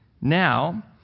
Now